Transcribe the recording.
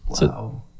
Wow